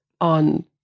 on